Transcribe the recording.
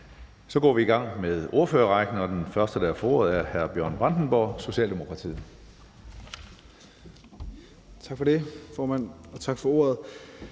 Så går vi i gang med ordførerrækken, og den første, der får ordet, er hr. Bjørn Brandenborg, Socialdemokratiet.